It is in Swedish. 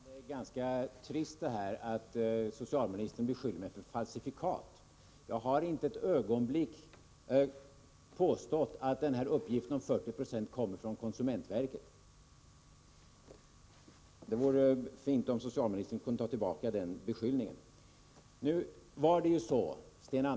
Herr talman! Det är ganska trist att socialministern beskyller mig för att stödja mig på falsifikat. Jag har inte ett ögonblick påstått att uppgiften om 40 20 kommer från konsumentverket. Det vore fint om socialministern kunde ta tillbaka den beskyllningen.